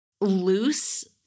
loose